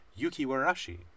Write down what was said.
yukiwarashi